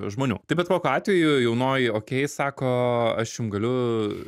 žmonių tai bet kokiu atveju jaunoji okei sako aš jum galiu